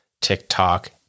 TikTok